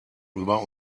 über